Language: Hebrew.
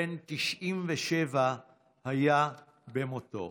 בן 97 היה במותו.